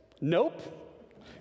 Nope